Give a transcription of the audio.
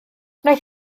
wnaeth